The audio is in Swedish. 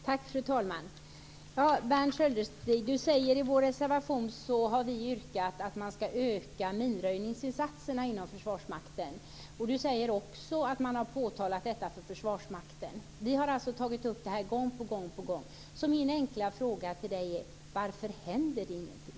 Fru talman! Berndt Sköldestig säger att vi i vår reservation har yrkat på att man ska öka minröjningsinsatserna inom Försvarsmakten. Berndt Sköldestig säger också att man har påtalat detta för Försvarsmakten. Vi har tagit upp det här gång på gång, så min enkla fråga till Berndt Sköldestig är: Varför händer det ingenting?